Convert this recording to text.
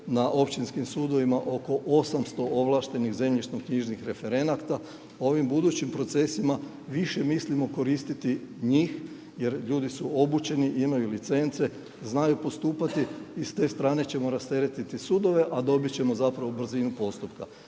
na općinskim sudovima oko 800 ovlaštenih zemljišno-knjižnih referenata i u ovim budućim procesima više mislimo koristiti njih jer ljudi su obučeni, imaju licence, znaju postupati i s te strane ćemo rasteretiti sudove, a dobit ćemo brzinu postupka.